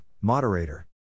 moderator